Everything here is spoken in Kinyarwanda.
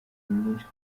myinshi